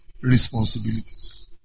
responsibilities